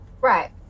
Right